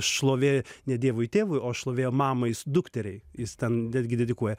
šlovė ne dievui tėvui o šlovė mamai dukteriai jis ten netgi dedikuoja